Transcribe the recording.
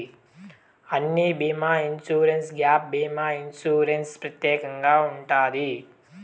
అన్ని బీమా ఇన్సూరెన్స్లో గ్యాప్ భీమా ఇన్సూరెన్స్ ప్రత్యేకంగా ఉంటది